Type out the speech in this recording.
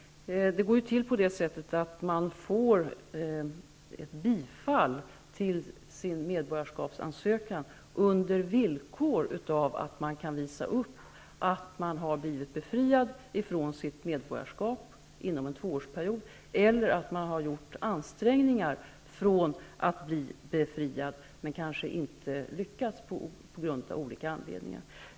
Det går till på det sättet att man får ett bifall till sin medborgarskapsansökan på villkor att man inom en tvåårsperiod kan visa upp att man har blivit befriad från sitt tidigare medborgarskap, eller att man har gjort ansträngningar att bli befriad men kanske av olika anledningar inte har lyckats.